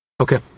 Okay